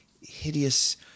hideous